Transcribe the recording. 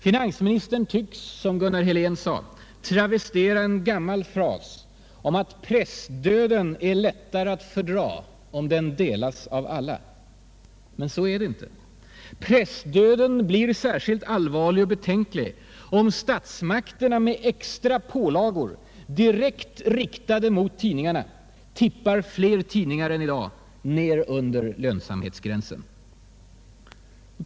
Finansministern tycks, som Gunnar Helén sade, travestera en gammal fras om att pressdöden är lättare att fördra om den delas av alla. Men så är det inte. Pressdöden blir särskilt allvarlig och betänklig om statsmakterna med extra pålagor direkt riktade mot tidningarna tippar fler tidningar än i dag ner under lönsamhetsgränsen.